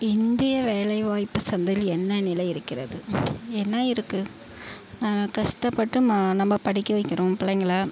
இந்திய வேலை வாய்ப்பு சந்தையில் என்ன நிலை இருக்கிறது என்ன இருக்குது கஷ்டப்பட்டு நம்ம படிக்க வைக்கிறோம் பிள்ளைங்கள